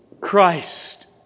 Christ